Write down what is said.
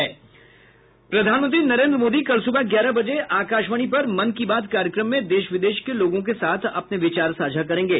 प्रधानमंत्री नरेन्द्र मोदी कल सुबह ग्यारह बजे आकाशवाणी पर मन की बात कार्यक्रम में देश विदेश के लोगों के साथ अपने विचार साझा करेंगे